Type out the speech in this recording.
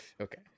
Okay